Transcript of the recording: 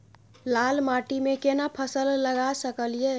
लाल माटी में केना फसल लगा सकलिए?